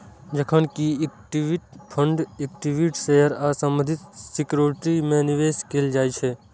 जखन कि equity fund equity share आ संबंधित सिक्योरिटीज मे निवेश कैल जाइ छै